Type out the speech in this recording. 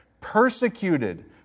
Persecuted